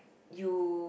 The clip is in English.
you